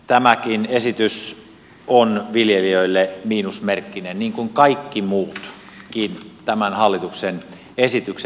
tämäkin esitys on viljelijöille miinusmerkkinen niin kuin kaikki muutkin tämän hallituksen esitykset